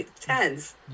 Tens